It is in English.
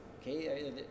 Okay